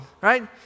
right